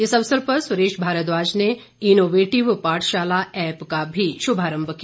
इस अवसर पर सुरेश भारद्वाज ने इनोवेटिव पाठशाला ऐप्प का भी शुभारंभ किया